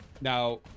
Now